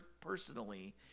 personally